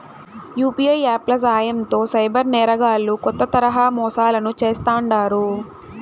UPI app ల సాయంతో cyber నేరగాల్లు కొత్త తరహా మోసాలను చేస్తాండారు